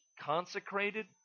consecrated